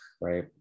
right